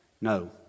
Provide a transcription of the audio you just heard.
no